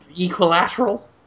equilateral